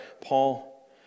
Paul